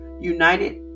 united